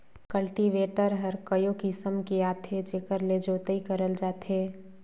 cultivator हर कयो किसम के आथे जेकर ले जोतई करल जाथे